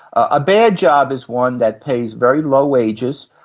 a bad job is one that pays very low wages,